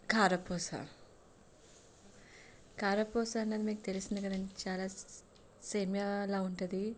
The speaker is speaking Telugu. కారపూస కారపూస అనేది మీకు తెలిసిందే కదండి చాలా సేమ్యాలాగా ఉంటుంది